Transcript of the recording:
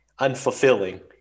unfulfilling